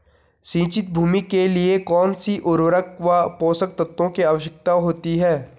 सिंचित भूमि के लिए कौन सी उर्वरक व पोषक तत्वों की आवश्यकता होती है?